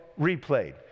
replayed